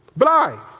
blind